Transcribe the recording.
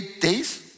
days